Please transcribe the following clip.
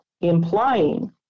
implying